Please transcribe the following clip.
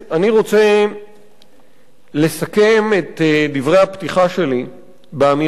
אני רוצה לסכם את דברי הפתיחה שלי באמירה